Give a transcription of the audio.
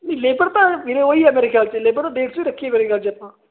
ਮਹੀਨੇ ਭਰ ਤਾਂ ਫਿਰ ਉਹੀ ਆ ਮੇਰੇ ਖਿਆਲ ਚ